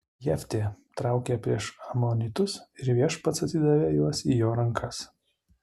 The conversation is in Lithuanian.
jeftė traukė prieš amonitus ir viešpats atidavė juos į jo rankas